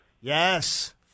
Yes